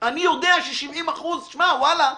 אני יודע ש-70% - וואלה,